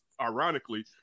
ironically